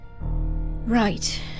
Right